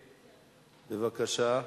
7373,